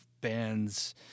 bands